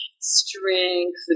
Strength